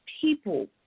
people